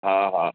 हा हा